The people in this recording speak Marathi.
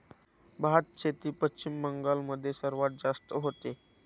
भातशेती पश्चिम बंगाल मध्ये सर्वात जास्त होते